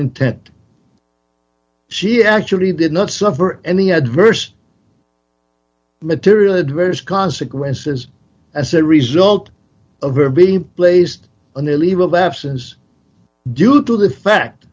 intent she actually did not suffer any adverse material adverse consequences as a result of her being placed on the leave of absence due to the fact